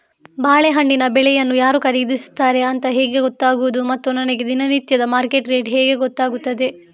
ಬಾಳೆಹಣ್ಣಿನ ಬೆಳೆಯನ್ನು ಯಾರು ಖರೀದಿಸುತ್ತಾರೆ ಅಂತ ಹೇಗೆ ಗೊತ್ತಾಗುವುದು ಮತ್ತು ನನಗೆ ದಿನನಿತ್ಯದ ಮಾರ್ಕೆಟ್ ರೇಟ್ ಹೇಗೆ ಗೊತ್ತಾಗುತ್ತದೆ?